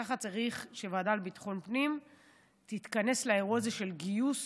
כך צריך שהוועדה לביטחון הפנים תתכנס לאירוע הזה של גיוס